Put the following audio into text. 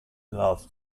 laughed